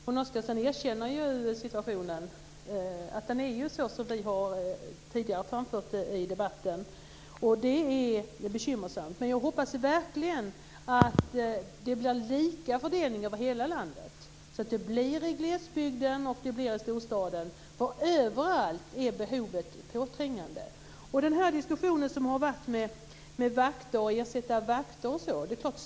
Fru talman! Yvonne Oscarsson erkänner att situationen är sådan som vi tidigare har framfört i debatten. Det är bekymmersamt. Jag hoppas verkligen att det blir lika fördelning över hela landet, i glesbygd och storstad. Behovet är påträngande överallt. Det har förts en diskussion om vakter.